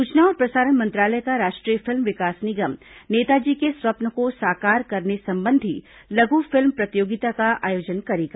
सूचना और प्रसारण मंत्रालय का राष्ट्रीय फिल्म विकास निगम नेताजी के स्वप्न को साकार करने संबंधी लघु फिल्म प्रतियोगिता का आयोजन करेगा